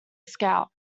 scout